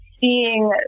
seeing